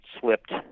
slipped